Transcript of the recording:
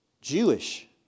Jewish